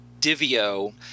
Divio